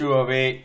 away